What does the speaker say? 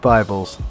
Bibles